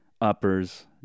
uppers